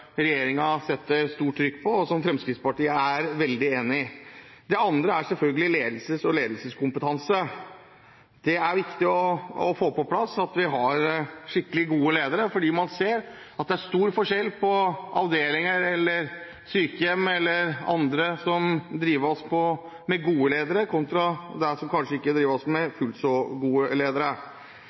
setter stort trykk på det, og det er Fremskrittspartiet er veldig enig i. Et annet område er selvfølgelig ledelse og ledelseskompetanse. Det er viktig å få på plass at vi har skikkelig gode ledere, fordi man ser at det er stor forskjell på avdelinger eller sykehjem eller andre steder som drives med gode ledere, kontra der det kanskje ikke drives med fullt så gode ledere.